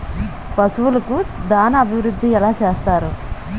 పశువులకు దాన అభివృద్ధి ఎలా చేస్తారు?